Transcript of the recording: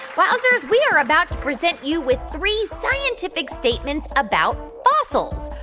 wowzers, we are about to present you with three scientific statements about fossils.